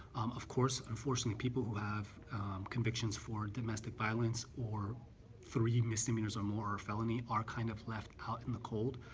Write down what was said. of course. unfortunately people who have convictions for domestic violence or three misdemeanors or more, or a felony are kind of left out in the cold.